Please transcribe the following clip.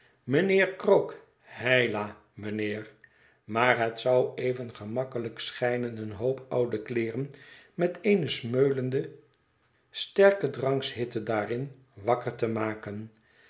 mijnheer krook heila mijnheer maar het zou even gemakkelijk schijnen een hoop oude kleeren met eene smeulende sterken dranks hitte daarin wakker te maken